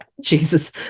Jesus